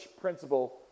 principle